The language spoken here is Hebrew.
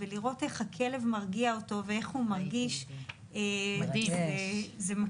לראות איך הכלב מרגיע אותו ואיך הוא מרגיש זה מקסים.